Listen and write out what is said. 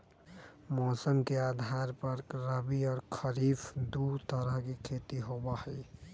मौसम के आधार पर रबी और खरीफ दु तरह के खेती होबा हई